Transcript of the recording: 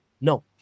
No